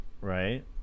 right